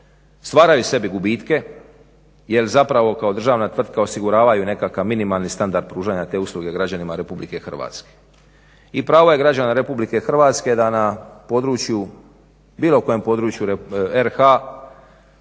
stvaraju sebi gubitke jel zapravo kao državna tvrtka osiguravaju nekakav minimalni standard pružanja te usluge građanima RH. i pravo je građana RH da na području bilo kojem području RH